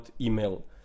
email